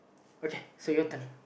okay so your turn